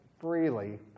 freely